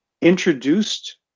introduced